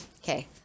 Okay